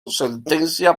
sentencia